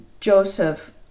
Joseph